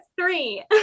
three